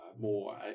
more